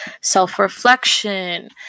self-reflection